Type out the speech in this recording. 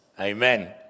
Amen